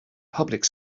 public